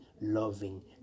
loving